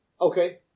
Okay